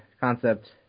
concept